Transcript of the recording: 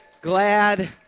glad